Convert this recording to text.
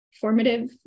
formative